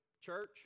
Church